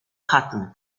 pattern